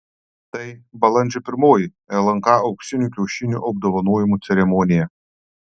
tai balandžio pirmoji lnk auksinių kiaušinių apdovanojimų ceremonija